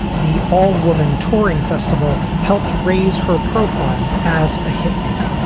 the all woman touring festival helped raise her profile as a hitmaker,